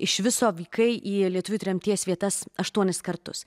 iš viso vykai į lietuvių tremties vietas aštuonis kartus